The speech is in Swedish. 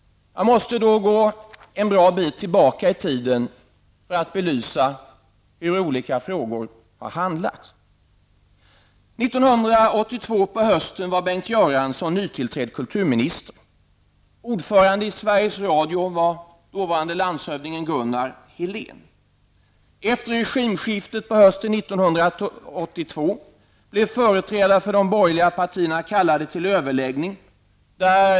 Jag måste gå en bra bit tillbaka i tiden för att belysa hur olika frågor har handlagts. 1982 på hösten var Ordförande i Sveriges Radio var dåvarande landshövding Gunnar Helén. Efter regimskiftet på hösten 1982 blev företrädare för de borgerliga partierna kallade till överläggning.